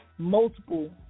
Multiple